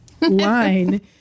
line